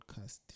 podcast